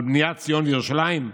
על בניית ציון וירושלים?